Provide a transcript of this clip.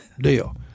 deal